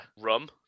rum